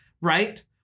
Right